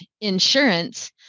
insurance